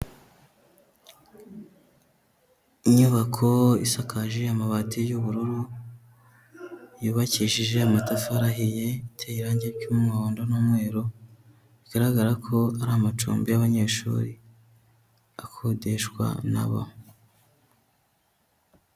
Inyubako isakaje amabati y'ubururu, yubakishije amatafari ahiye, iteye irangi ry'umuhondo n'umweru, bigaragara ko ari amacumbi y'abanyeshuri, akodeshwa na bo.